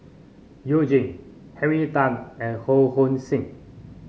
You Jin Henry Tan and Ho Hong Sing